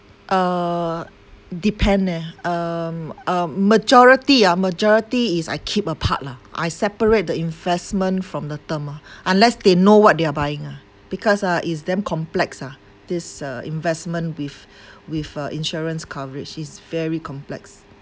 uh depend eh um um majority ah majority is I keep a part lah I separate the investment from the term ah unless they know what they are buying ah because ah it's damn complex ah this uh investment with with uh insurance coverage is very complex